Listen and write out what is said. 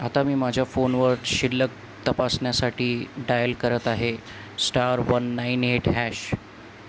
आता मी माझ्या फोनवर शिल्लक तपासण्यासाठी डायल करत आहे star one nine eight hash